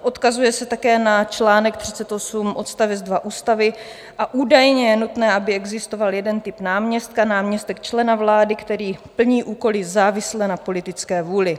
Odkazuje se také na čl. 38 odst. 2 ústavy a údajně je nutné, aby existoval jeden typ náměstka, náměstek člena vlády, který plní úkoly závisle na politické vůli.